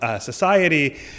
society